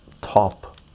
top